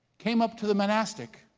came up to the monastic.